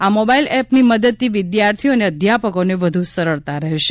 આ મોબાઇલ એપની મદદથી વિદ્યાર્થીઓ અને અધ્યાપકોને વધુ સરળતા રહેશે